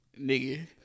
nigga